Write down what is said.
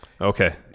Okay